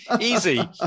easy